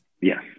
Yes